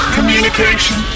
Communication